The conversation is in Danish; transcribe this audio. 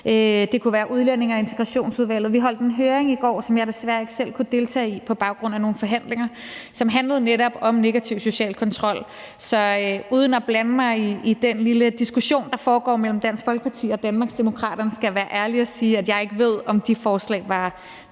det kunne også være Udlændinge- og Integrationsudvalget. Vi holdt en høring i går, som jeg desværre ikke selv kunne deltage i på grund af nogle forhandlinger, og som netop handlede om negativ social kontrol. Så uden at blande mig i den lille diskussion, der foregår mellem Dansk Folkeparti og Danmarksdemokraterne, skal jeg være ærlig at sige, at jeg ikke ved, om de forslag var